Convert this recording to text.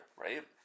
right